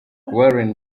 warren